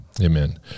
amen